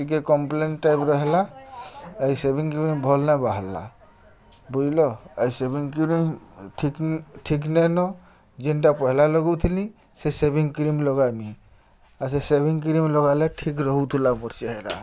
ଟିକେ କମ୍ପ୍ଲେନ୍ ଟାଇପ୍ର ହେଲା ଇ ସେଭିଂ କ୍ରିମ୍ ଭଲ୍ ନାଇଁ ବାହାର୍ଲା ବୁଝ୍ଲ ଇ ସେଭିଂ କ୍ରିମ୍ ଠିକ୍ ନାଇନ ଯେନ୍ଟା ପହେଲା ଲଗଉଥିଲି ସେ ସେଭିଂ କ୍ରିମ୍ ଲଗାମି ଆଉ ସେ ସେଭିଂ କ୍ରିମ୍ ଲଗାଲେ ଠିକ୍ ରହୁଥିଲା ମୋର୍ ଚେହେରା